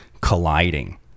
colliding